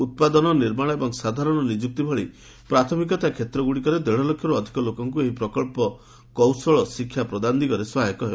ଉତ୍ପାଦନ ନିର୍ମାଣ ଏବଂ ସାଧାରଣ ନିଯୁକ୍ତି ଭଳି ପ୍ରାଥମିକତା କ୍ଷେତ୍ରଗୁଡ଼ିକରେ ଦେଢ଼ଲକ୍ଷରୁ ଅଧିକ ଲୋକଙ୍କୁ ଏହି ପ୍ରକଳ୍ପ କୌଶଳ ଶିକ୍ଷା ପ୍ରଦାନ ଦିଗରେ ସହାୟକ ହେବ